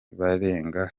barenga